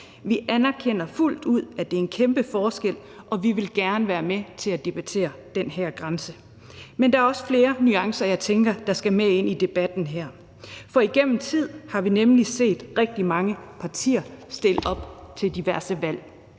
Vi anerkender fuldt ud, at der er en kæmpe forskel, og vi vil gerne være med til at debattere den her grænse. Men der er også flere nuancer, jeg tænker der skal med ind i debatten her, for igennem tid har vi nemlig set rigtig mange partier stille op til diverse valg.